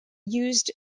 used